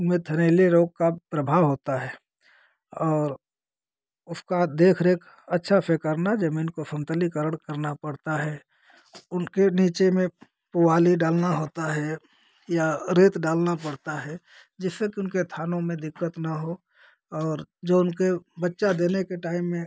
मित्रल रोग का प्रभाव होता है और उसकी देखरेख अच्छे से करना जमीन को समतलीकरण करना पड़ता है उनके नीचे में पुआल डालना होता है या रेत डालनी पड़ती है जिससे कि उनके थानों में दिक्कत न हो और जो उनके बच्चा देने के टाइम में